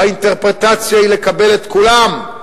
והאינטרפרטציה היא לקבל את כולם,